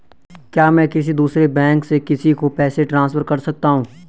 क्या मैं किसी दूसरे बैंक से किसी को पैसे ट्रांसफर कर सकता हूँ?